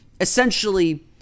essentially